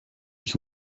ich